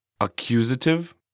accusative